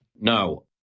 No